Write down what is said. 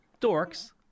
Dorks